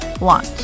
launch